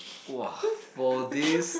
!wah! for this